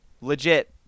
legit